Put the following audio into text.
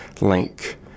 link